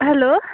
hello